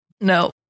no